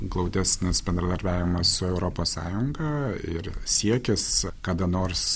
glaudesnis bendradarbiavimas su europos sąjunga ir siekis kada nors